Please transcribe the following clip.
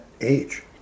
age